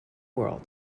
world